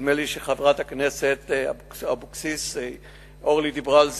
נדמה לי שחברת הכנסת אבקסיס דיברה על זה.